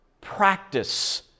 practice